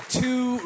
two